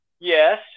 Yes